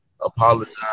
apologize